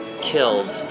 killed